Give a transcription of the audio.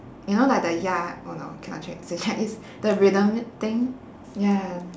you know like the oh no cannot chi~ say chinese the rhythm thing ya